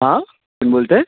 हां कोण बोलत आहे